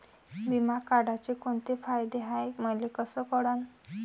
बिमा काढाचे कोंते फायदे हाय मले कस कळन?